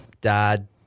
Dad